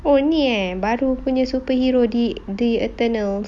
oh ni eh baru punya superhero the the eternals